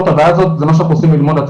את הבעיה הזאת זה מה שאנחנו עושים ב ---,